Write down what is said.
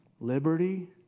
liberty